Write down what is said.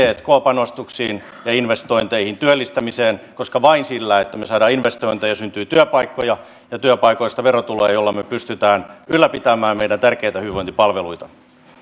tk panostuksiin ja investointeihin työllistämiseen koska vain sillä että me saamme investointeja syntyy työpaikkoja ja työpaikoista verotuloja joilla me pystymme ylläpitämään meidän tärkeitä hyvinvointipalveluita